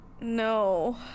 no